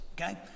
okay